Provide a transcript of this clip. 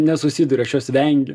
nesusiduriu aš jos vengiu